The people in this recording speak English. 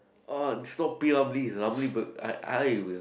orh is not P-Ramlee is ramly bur~ I I will